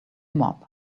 mob